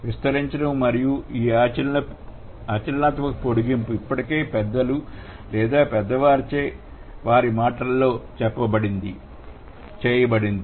విస్తరించడం మరియు ఈ ఆచరణాత్మక పొడిగింపు ఇప్పటికే పెద్దలు లేదా పెద్దవారిచే వారి మాటల్లో చేయబడింది